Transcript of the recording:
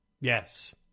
Yes